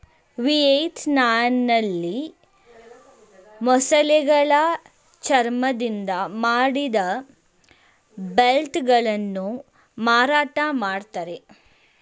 ವಿಯೆಟ್ನಾಂನಲ್ಲಿ ಮೊಸಳೆಗಳ ಚರ್ಮದಿಂದ ಮಾಡಿದ ಬೆಲ್ಟ್ ಗಳನ್ನು ಮಾರಾಟ ಮಾಡ್ತರೆ